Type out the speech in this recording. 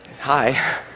hi